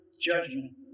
judgment